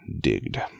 digged